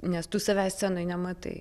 nes tu savęs scenoj nematai